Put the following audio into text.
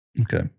Okay